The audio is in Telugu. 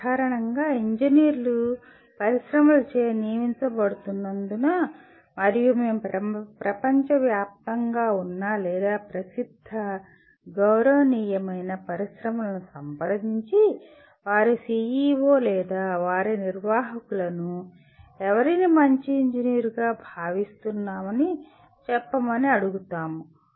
సాధారణంగా ఇంజనీర్లు పరిశ్రమలచే నియమించబడుతున్నందున మరియు మేము ప్రపంచవ్యాప్తంగా ఉన్న లేదా ప్రసిద్ధ గౌరవనీయమైన పరిశ్రమలను సంప్రదించి వారి CEO లేదా వారి నిర్వాహకులను ఎవరిని మంచి ఇంజనీర్గా భావిస్తున్నామని చెప్పమని అడుగుతాము